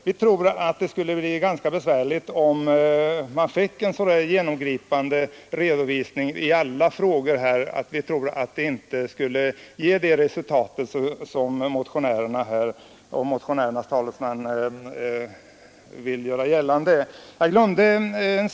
Vi tror att det skulle bli ganska besvärligt om riksdagen fick en genomgripande redovisning i alla frågor; detta skulle inte ge det resultat som motionärernas talesman vill göra gällande.